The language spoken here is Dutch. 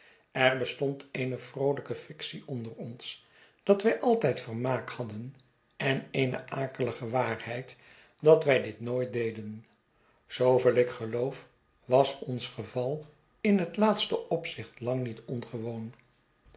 er bestond eene vroolijke fictie onder ons dat wij altijd vermaak hadden en eene akelige waarheid dat wij dit nooit deden zooveel ikgeloof was ons geval in het laatste opzicht lang niet ongewoon